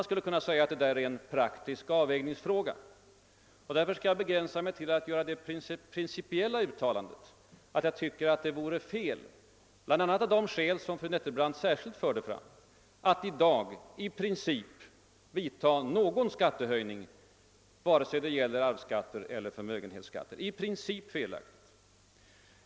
Detta kan sägas vara en praktisk avvägningsfråga, och jag skall därför begränsa mig till uttalandet att jag, bl.a. av de skäl fru Nettelbrandt särskilt förde fram, tycker att det i dag vore i princip felaktigt att företa någon skattehöjning vare sig det gäller arvseller förmögenhetsskatterna.